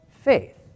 faith